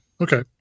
okay